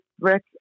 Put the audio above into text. Rick